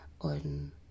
on